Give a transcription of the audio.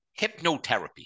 hypnotherapy